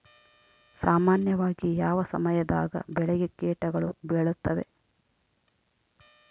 ಸಾಮಾನ್ಯವಾಗಿ ಯಾವ ಸಮಯದಾಗ ಬೆಳೆಗೆ ಕೇಟಗಳು ಬೇಳುತ್ತವೆ?